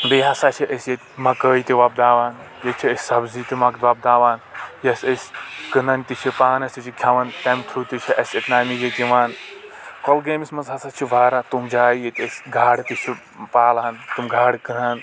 بیٚیہِ ہسا چھ أسۍ ییٚتہِ مکأے تہِ وۄپداوان بیٚیہِ چھ أسۍ سبزی تہِ وۄپداوان یۄس أسۍ کٔنان تہِ چھ پانس تہِ چھ کھٮ۪وان تَمہِ تھروٗ تہِ چھ اَسہِ اِکنامی ییٚتہِ یِوان کۄلگأمِس منٛز ہسا چھ واریاہ تِم جایہِ ییٚتہِ أسۍ گاڑٕ تہِ چھ پالان تِمہٕ گاڑٕ کٕنان